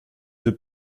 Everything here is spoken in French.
deux